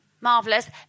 Marvelous